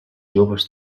joves